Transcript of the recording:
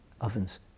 ovens